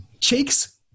Cheeks